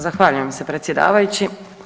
Zahvaljujem se predsjedavajući.